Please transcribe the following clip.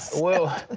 well,